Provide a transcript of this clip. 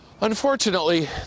Unfortunately